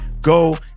go